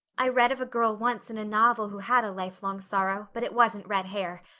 i read of a girl once in a novel who had a lifelong sorrow but it wasn't red hair.